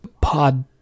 pod